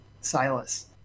Silas